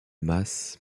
masses